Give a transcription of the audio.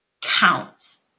counts